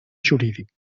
jurídic